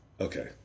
Okay